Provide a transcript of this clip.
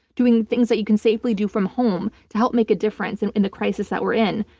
doing things that you can safely do from home to help make a difference and in the crisis that we're in.